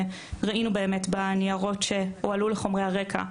וראינו באמת בניירות שהועלו לחומרי הרקע,